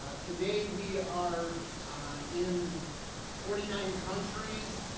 ah today we are in forty nine countries.